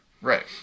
Right